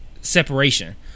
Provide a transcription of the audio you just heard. separation